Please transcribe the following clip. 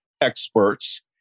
experts